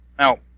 Now